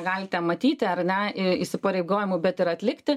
galite matyti ar ne i įsipareigojimų bet ir atlikti